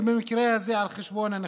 ובמקרה הזה על חשבון הנחקרים,